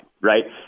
right